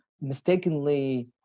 mistakenly